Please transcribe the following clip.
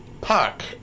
park